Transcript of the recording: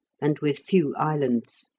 and with few islands.